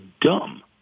dumb